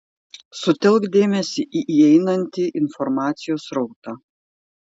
sutelk dėmesį į įeinantį informacijos srautą